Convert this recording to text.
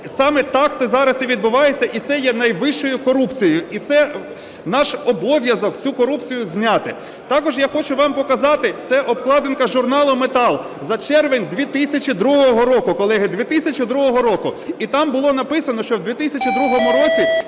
Саме так це зараз і відбувається, і це є найвищою корупцією. І це наш обов'язок цю корупцію зняти. Також я хочу вам показати, це обкладинка журналу "Метал" за червень 2002 року. Колеги, 2002 року. І там було написано, ще в 2002 році,